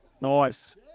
Nice